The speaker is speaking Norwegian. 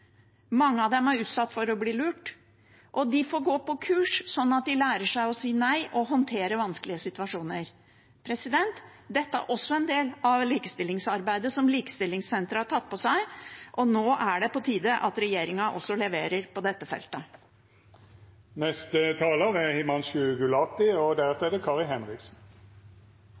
Mange av dem er utsatt for å bli lurt. Og de får gå på kurs, slik at de lærer seg å si nei og håndtere vanskelige situasjoner. Dette er også en del av likestillingsarbeidet som Likestillingssenteret har tatt på seg, og nå er det på tide at regjeringen også leverer på dette feltet. Jeg vil begynne med å takke statsråden for redegjørelsen og også takke for en god debatt. Det